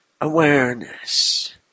awareness